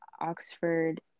Oxford